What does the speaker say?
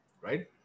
right